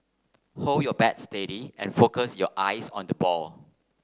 hold your bat steady and focus your eyes on the ball